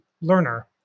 learner